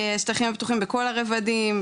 שטחים הפתוחים בכל הרבדים.